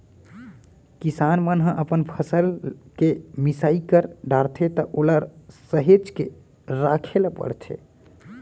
किसान मन ह अपन फसल के मिसाई कर डारथे त ओला सहेज के राखे ल परथे